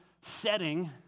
setting